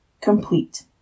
Complete